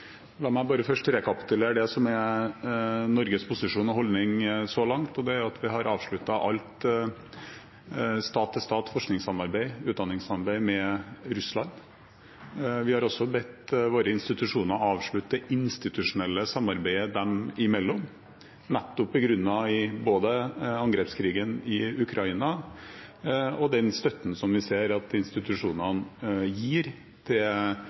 La meg først rekapitulere det som er Norges posisjon og holdning så langt. Det er at vi har avsluttet alt stat-til-stat-forskningssamarbeid, utdanningssamarbeid, med Russland. Vi har også bedt våre institusjoner avslutte det institusjonelle samarbeidet dem imellom, nettopp begrunnet både i angrepskrigen i Ukraina og den støtten som vi ser at institusjonene gir til